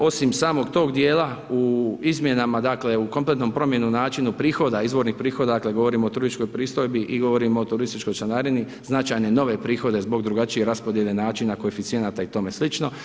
Osim samog tog dijela u izmjenama dakle u kompletnu promjenu u načinu prihoda, izvornih prihoda, dakle govorimo o turističkoj pristojbi i govorimo o turističkoj članarini značajne nove prihode zbog drugačije raspodjele načina koeficijenata i tome slično.